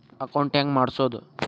Account ಹೆಂಗ್ ಮಾಡ್ಸೋದು?